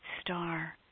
star